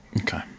Okay